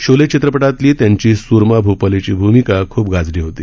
शोले चित्रपटातली त्यांची स्रमा भोपालीची भूमिका खूप गाजली होती